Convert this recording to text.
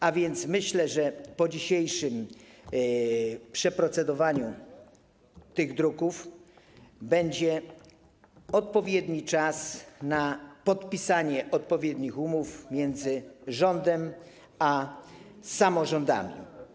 A więc myślę, że po dzisiejszym przeprocedowaniu tych druków będzie odpowiedni czas na podpisanie odpowiednich umów między rządem a samorządami.